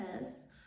yes